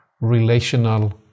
relational